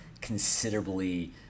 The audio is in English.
considerably